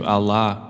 Allah